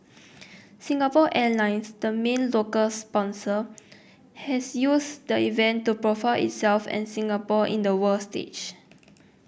Singapore Airlines the main local sponsor has used the event to profile itself and Singapore in the world stage